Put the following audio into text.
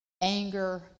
Anger